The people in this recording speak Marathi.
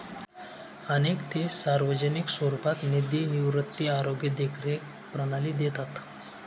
अनेक देश सार्वजनिक स्वरूपात निधी निवृत्ती, आरोग्य देखरेख प्रणाली देतात